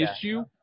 issue